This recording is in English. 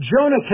Jonah